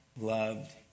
loved